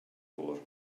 foar